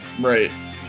right